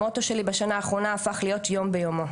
המוטו שלי בשנה האחרונה הפך להיות 'יום ביומו',